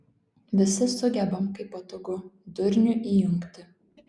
visi sugebam kai patogu durnių įjungti